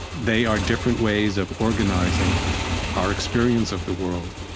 they are different ways of organizing our experience of the world,